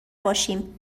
باشیم